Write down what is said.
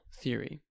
theory